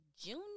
junior